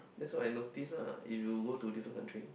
that's what I noticed ah if you go to different country